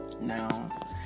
Now